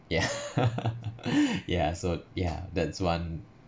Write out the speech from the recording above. ya ya so ya that's one